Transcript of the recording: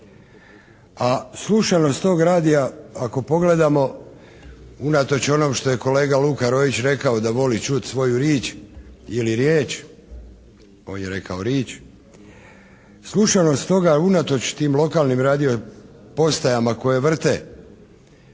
A slušanost tog radija, ako pogledamo, unatoč onome što je kolega Luka Roić rekao da voli čut svoju rić ili riječ, on je rekao rić, slušanost toga unatoč tim lokalnim radio-postajama koje vrte